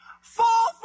fall